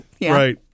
right